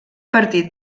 partit